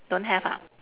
don't have ah